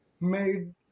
made